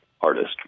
artist